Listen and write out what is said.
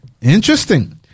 Interesting